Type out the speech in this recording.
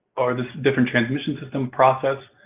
or, this different transmission system process,